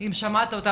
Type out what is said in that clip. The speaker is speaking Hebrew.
אם שמעת אותה,